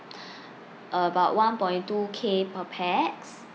about one point two K per pax